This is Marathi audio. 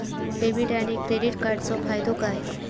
डेबिट आणि क्रेडिट कार्डचो फायदो काय?